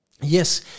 Yes